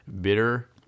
bitter